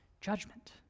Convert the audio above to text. judgment